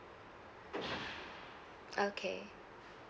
okay